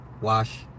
Wash